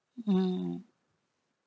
mm